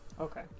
okay